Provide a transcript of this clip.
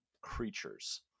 creatures